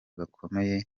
gakomeye